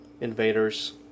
invaders